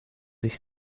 sich